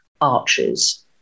arches